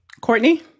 Courtney